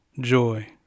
joy